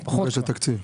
או פחות כבר,